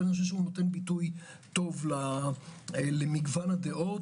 ואני חושב שהוא נותן ביטוי טוב למגוון הדעות.